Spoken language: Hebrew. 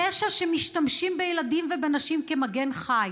פשע, שמשתמשים בילדים ובנשים כמגן חי,